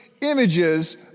images